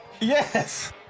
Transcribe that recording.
Yes